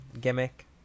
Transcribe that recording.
gimmick